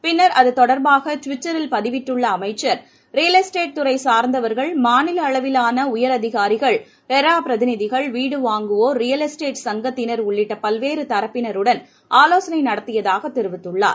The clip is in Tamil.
பின்னர் அது தொடர்பாக ட்விட்டரில் பதிவிட்டுள்ள அமைச்சர் ரியல் எஸ்டேட் துறை சார்ந்தவர்கள் மாநில அளவிலான உயர் அதிகாரிகள் ரெரா பிரதிநிதிகள் வீடு வாங்குவோர்ரியல் எஸ்டேட் சங்கத்தினர் உள்ளிட்ட பல்வேறு தரப்பினருடன் ஆலோசனை நடத்தியதாக தெரிவித்துள்ளார்